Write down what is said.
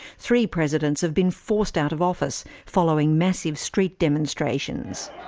three presidents have been forced out of office, following massive street demonstrations.